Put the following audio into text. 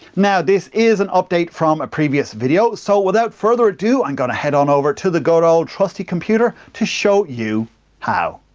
now, this is an update from a previous video, so without further ado, i'm going to head over to the good old trusty computer to show you how.